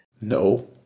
No